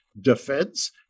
defense